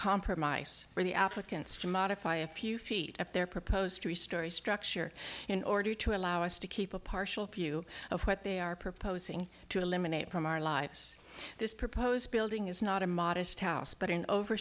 compromise for the applicants to modify a few feet up their proposed three storey structure in order to allow us to keep a partial view of what they are proposing to eliminate from our lives this proposed building is not a modest house but in over